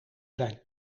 zijn